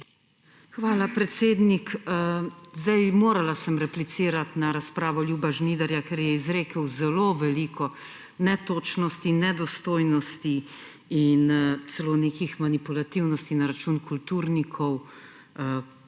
Hvala, predsednik. Morala sem replicirati na razpravo Ljuba Žnidarja, ker je izrekel zelo veliko netočnosti, nedostojnosti in celo nekih manipulativnosti na račun kulturnikov,